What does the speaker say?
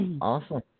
Awesome